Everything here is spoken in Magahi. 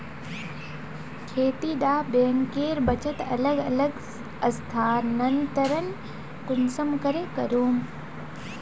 खेती डा बैंकेर बचत अलग अलग स्थानंतरण कुंसम करे करूम?